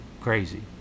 crazy